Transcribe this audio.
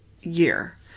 year